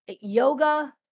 yoga